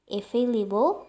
available